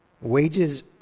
Wages